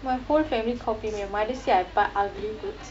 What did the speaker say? my whole family kaopeh me my mother say I buy ugly clothes